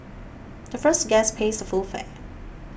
the first guest pays the full fare